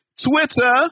twitter